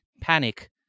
panic